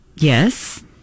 yes